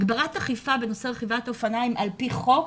הגברת אכיפה בנושא רכיבת אופניים על פי חוק,